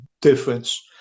difference